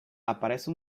aparece